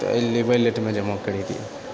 ताहिले भेलेटमऽ जमा करि दिऔ